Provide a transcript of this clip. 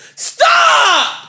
stop